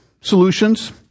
solutions